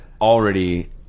already